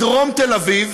בדרום תל-אביב,